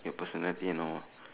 your personality and all